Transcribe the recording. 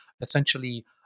essentially